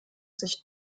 sich